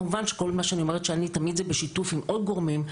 כמובן שכל מה שאני אומרת שאני תמיד זה בשיתוף עם עוד גורמים.